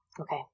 Okay